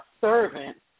servant